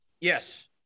Yes